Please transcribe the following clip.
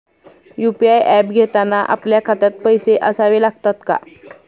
UPI app घेताना आपल्या खात्यात पैसे असावे लागतात का?